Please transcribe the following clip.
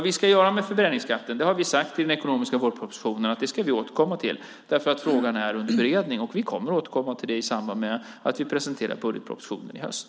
I den ekonomiska vårpropositionen sade vi att vi ska återkomma med vad vi ska göra med förbränningsskatten. Frågan är under beredning, och vi kommer att återkomma till detta i samband med att vi presenterar budgetpropositionen i höst.